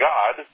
God